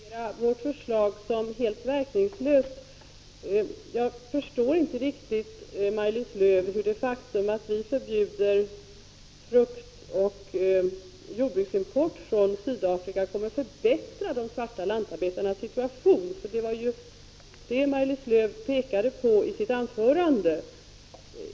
Herr talman! Maj-Lis Lööw karakteriserar vårt förslag som helt verkningslöst. Jag förstår inte riktigt hur det faktum att ni förbjuder import av frukt och jordbruksprodukter från Sydafrika skall kunna förbättra de svarta lantarbetarnas situation. Det var vad Maj-Lis Lööw sade i sitt anförande.